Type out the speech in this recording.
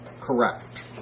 Correct